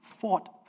fought